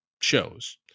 shows